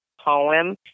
poem